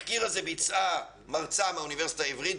תחקיר שביצעה מרצה מהאוניברסיטה העברית,